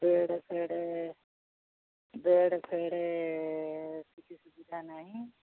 bed ଫେଡ୍ bed ଫେଡ୍ କିଛି ସୁବିଧା ନାହିଁ